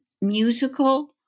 musical